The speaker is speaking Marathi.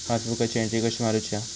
पासबुकाची एन्ट्री कशी मारुची हा?